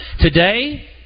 Today